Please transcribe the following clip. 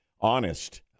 honest